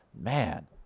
man